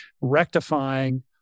rectifying